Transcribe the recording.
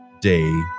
day